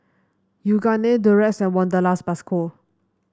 Yoogane Durex and Wanderlust Plus Co